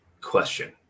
question